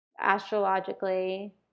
astrologically